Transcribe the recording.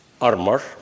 armor